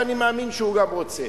ואני מאמין שהוא גם רוצה.